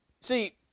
See